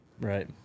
right